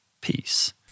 Peace